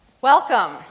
Welcome